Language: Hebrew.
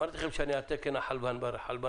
אמרתי לכם שאני על תקן החלבן ברפת...